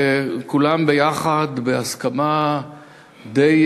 וכולם ביחד, הייתי אומר בהסכמה די